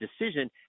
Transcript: decision